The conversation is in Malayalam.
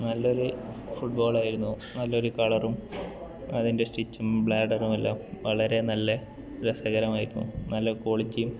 നല്ലൊരു ഫുട്ബോളായിരുന്നു നല്ലൊരു കളറും അതിൻ്റെ സ്റ്റിച്ചും ബ്ലാഡറും എല്ലാം വളരെ നല്ല രസകരമായിരുന്നു നല്ല ക്വാളിറ്റിയും